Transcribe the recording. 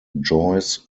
joyce